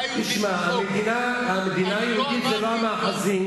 המדינה היהודית זה לא המאחזים,